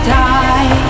die